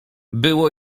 było